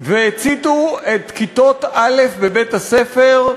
והציתו את כיתות א' בבית-הספר.